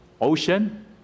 ocean